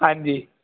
ਹਾਂਜੀ